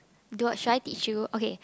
do I should I teach you okay